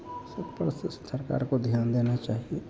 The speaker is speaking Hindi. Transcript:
सब पर सरकार को ध्यान देना चाहिए